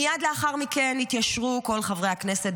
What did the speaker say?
מייד לאחר מכן התיישרו כל חברי הכנסת